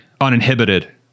uninhibited